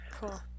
Cool